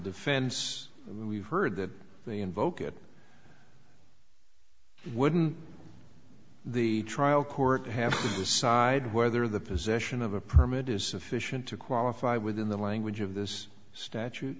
defense we've heard that they invoke it wouldn't the trial court have to decide whether the position of a permit is sufficient to qualify within the language of this statute